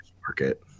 market